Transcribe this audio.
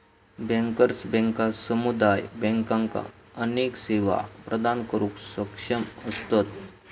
bankers बँका समुदाय बँकांका अनेक सेवा प्रदान करुक सक्षम असतत